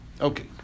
okay